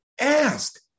ask